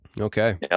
Okay